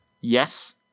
Yes